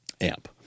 amp